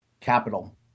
Capital